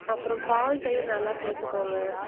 அப்புறம் பால் தயிர் நல்லா சேர்த்துக்கோங்க